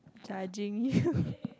judging you